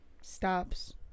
stops